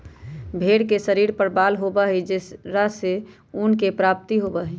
भेंड़ के शरीर पर बाल होबा हई जेकरा से ऊन के प्राप्ति होबा हई